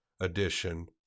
edition